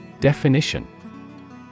Definition